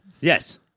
Yes